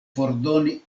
fordoni